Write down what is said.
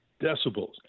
decibels